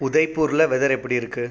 உதய்பூரில் weather எப்படி இருக்குது